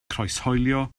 croeshoelio